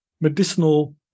medicinal